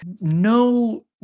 no